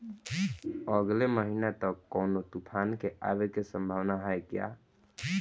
अगले महीना तक कौनो तूफान के आवे के संभावाना है क्या?